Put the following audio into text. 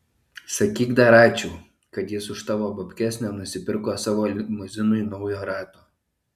sakyk dar ačiū kad jis už tavo babkes nenusipirko savo limuzinui naujo rato